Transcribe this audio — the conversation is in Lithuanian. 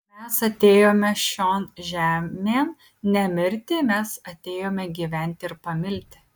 mes atėjome šion žemėn ne mirti mes atėjome gyventi ir pamilti